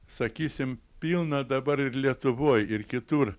sakysim pilna dabar ir lietuvoj ir kitur